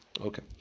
Okay